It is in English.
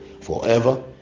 forever